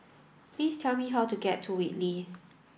please tell me how to get to Whitley